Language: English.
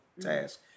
task